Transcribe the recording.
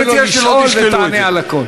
תאפשר לו לשאול ותענה על הכול.